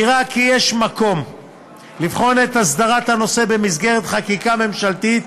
נראה כי יש מקום לבחון את הסדרת הנושא במסגרת חקיקה ממשלתית,